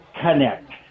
connect